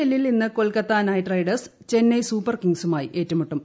എല്ലിൽ ഇന്ന് Kolkata Knight Riders Chennai Super കിങ്സുമായി ഏറ്റുമുട്ടും